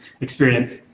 experience